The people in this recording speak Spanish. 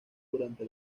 durante